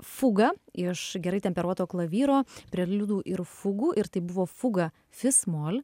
fugą iš gerai temperuoto klavyro preliudų ir fugų ir tai buvo fuga fismol